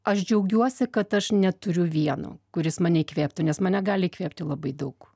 aš džiaugiuosi kad aš neturiu vieno kuris mane įkvėptų nes mane gali įkvėpti labai daug